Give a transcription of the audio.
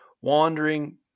wandering